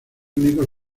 únicos